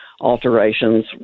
alterations